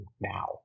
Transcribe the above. now